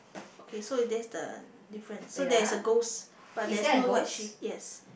okay so this is the difference so there's a ghost but there's no white sheet yes